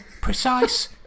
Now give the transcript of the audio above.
Precise